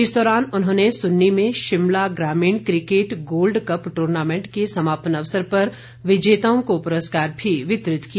इस दौरान उन्होंने सुन्नी में शिमला ग्रामीण क्रिकेट गोल्ड कप टूर्नामेंट के समापन अवसर पर विजेताओं को पुरस्कार भी वितरित किए